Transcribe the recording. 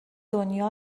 دنیا